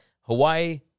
Hawaii